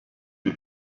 die